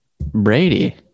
Brady